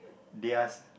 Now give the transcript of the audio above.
theirs